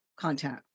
content